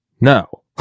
No